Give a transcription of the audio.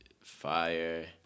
Fire